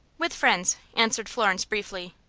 with friends, answered florence, briefly.